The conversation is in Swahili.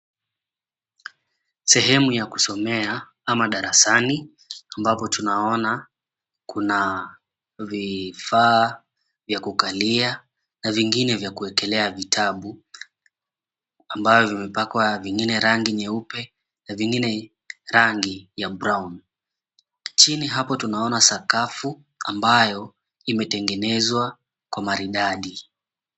Sehemu ya kusomea ama darasani ambapo tunaona kuna vifaa vya kukalia na vingine vya kuekelea vitabu, ambavyo vimepakwa vingine rangi nyeupe na vingine rangi ya brown . Chini hapo tunaona sakafu ambayo imetengenezwa kwa maridadi.